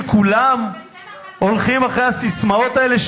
שכולם הולכים אחרי הססמאות האלה,